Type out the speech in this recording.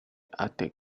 arctic